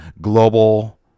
global